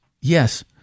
yes